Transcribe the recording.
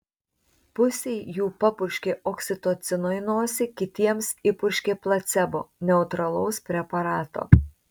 pusei jų papurškė oksitocino į nosį kitiems įpurškė placebo neutralaus preparato